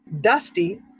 dusty